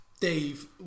Dave